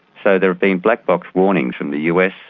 so there have been black box warnings from the us,